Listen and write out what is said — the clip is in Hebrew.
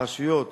הרשויות